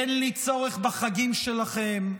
אין לי צורך בחגים שלכם,